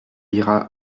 ira